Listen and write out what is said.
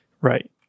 Right